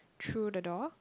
through the door